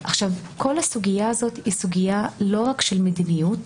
כל הסוגיה הזאת היא סוגיה לא רק של מדיניות,